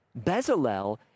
Bezalel